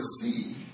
see